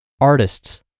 artists